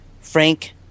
Frank